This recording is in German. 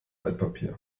altpapier